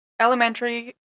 Elementary